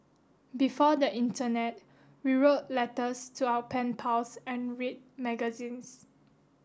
before the internet we wrote letters to our pen pals and read magazines